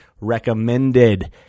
recommended